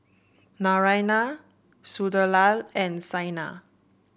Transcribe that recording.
Naraina Sunderlal and Saina